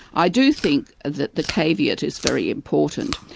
i do think that the caveat is very important,